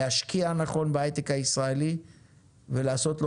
להשקיע נכון בהיי-טק הישראלי ולעשות לו